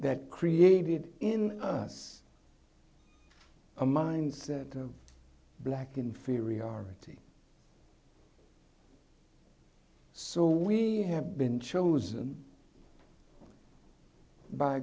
that created in us a mindset of black inferiority so we have been chosen by